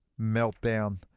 meltdown